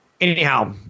Anyhow